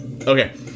Okay